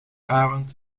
avond